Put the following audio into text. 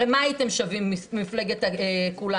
הרי מה הייתם שווים מפלגת כולנו?